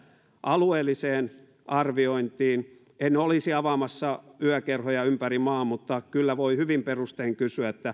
alueelliseen arviointiin en olisi avaamassa yökerhoja ympäri maan mutta kyllä voi hyvin perustein kysyä